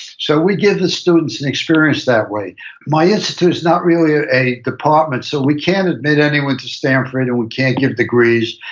so we give the students an and experience that way my institute is not really ah a department, so we can't admit anyone to stanford and we can't give degrees,